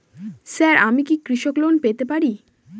Sir আমি কি কৃষি লোন পেতে পারি?